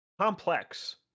Complex